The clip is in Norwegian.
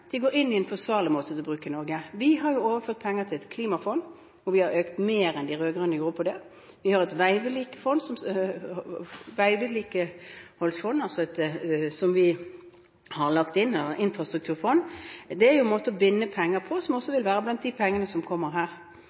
De går på en forsvarlig måte til bruk i Norge. Vi har overført penger til et klimafond, og vi har økt det mer enn de rød-grønne gjorde. Vi har et veivedlikeholdsfond som vi har lagt inn, og et infrastrukturfond. Det er også en måte å binde de pengene som